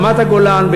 ברמת-הגולן,